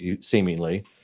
seemingly